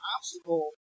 obstacle